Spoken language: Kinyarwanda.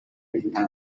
nta